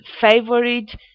favorite